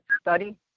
study